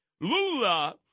Lula